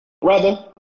Brother